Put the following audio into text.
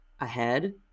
ahead